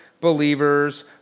believers